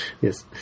Yes